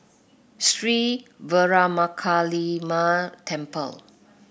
Sri Veeramakaliamman Temple